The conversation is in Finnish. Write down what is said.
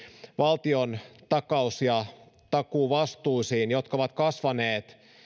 valtion takaus ja takuuvastuisiin jotka ovat kasvaneet